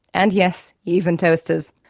and yes, even toasters.